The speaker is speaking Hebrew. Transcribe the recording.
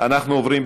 אנחנו עוברים,